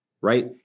right